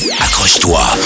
Accroche-toi